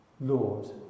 Lord